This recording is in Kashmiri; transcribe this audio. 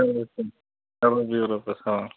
چلو تیٚلہِ چلو بِہیُو رۄبَس سوال